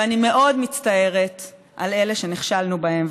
ואני מאוד מצטערת על אלה שנכשלנו בהם,